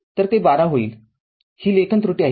तरते १२ होईल ही लेखन त्रुटी आहे